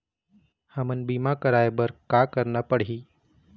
हमन बीमा कराये बर का करना पड़ही?